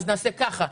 אז נעשה כך,